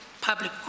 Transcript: public